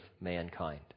mankind